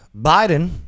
Biden